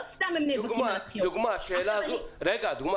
לא סתם הם נאבקים על הדחייה.